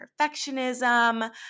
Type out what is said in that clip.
perfectionism